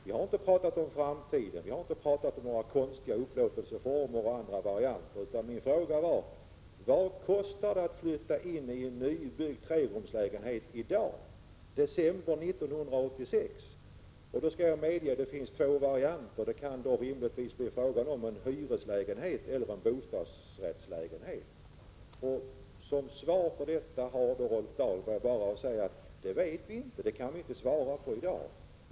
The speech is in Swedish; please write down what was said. Jag har inte talat om framtiden, om några konstiga upplåtelseformer och andra varianter, utan min fråga var bara: Vad kostar det att flytta in i en nybyggd trerumslägenhet i dag, i december 1986? Jag skall medge att det finns två olika varianter: det kan rimligtvis bli fråga om antingen en hyreslägenhet eller en bostadsrättslägenhet. Som svar på detta har då Rolf Dahlberg bara att säga: Det vet vi inte; det kan vi inte svara på i dag.